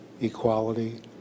equality